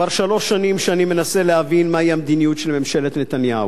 כבר שלוש שנים שאני מנסה להבין מהי המדיניות של ממשלת נתניהו,